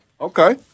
okay